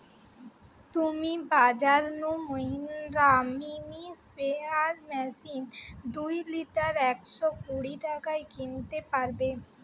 তুমি বাজর নু মহিন্দ্রা মিনি স্প্রেয়ার মেশিন দুই লিটার একশ কুড়ি টাকায় কিনতে পারবে